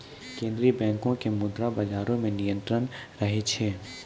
केन्द्रीय बैंको के मुद्रा बजारो मे नियंत्रण रहै छै